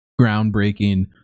groundbreaking